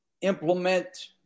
implement